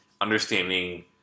understanding